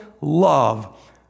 love